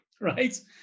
right